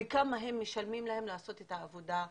וכמה משלמים להם לעשות את העבודה הזאת.